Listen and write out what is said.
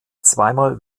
zweimal